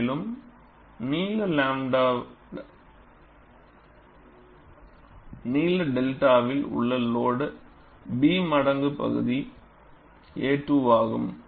மேலும் நீள 𝚫வில் உள்ள லோடு B மடங்கு பகுதி A 2 ஆகும்